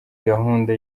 gahunda